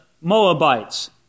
Moabites